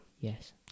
Yes